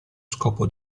scopo